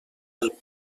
del